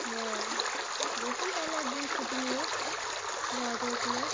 হ্যাঁ দেখুন তাহলে একদিন ছুটি নিয়ে যাওয়া যায় কি না